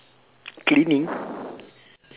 cleaning